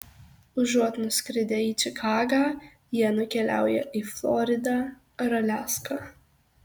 užuot nuskridę į čikagą jie nukeliauja į floridą ar aliaską